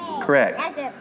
Correct